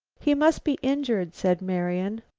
he must be injured, said marian.